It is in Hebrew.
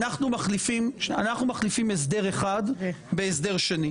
אנחנו מחליפים הסדר אחד בהסדר שני.